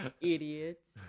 Idiots